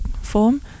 form